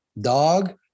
dog